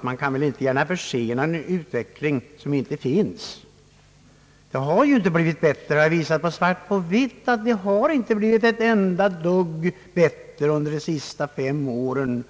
man kan väl inte försena en utveckling som inte finns? Det har ju inte blivit bättre. Jag har visat svart på vitt på att det inte blivit ett enda dugg bättre under de senaste fem åren.